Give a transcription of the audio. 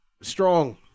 Strong